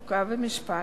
חוק ומשפט,